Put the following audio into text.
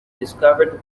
discovered